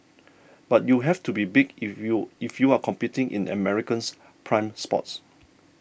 but you have to be big if you if you are competing in America's prime spots